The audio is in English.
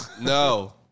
No